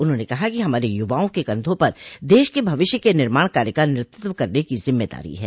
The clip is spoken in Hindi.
उन्होंने कहा कि हमारे युवाओं के कंधों पर देश के भविष्य के निर्माण कार्य का नेतृत्व करने की जिम्मेदारी है